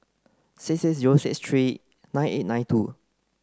six six zero six three nine eight nine two